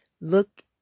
look